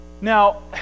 Now